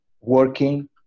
working